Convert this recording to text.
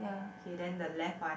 okay then the left one